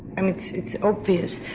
i mean it's it's obvious.